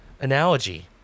analogy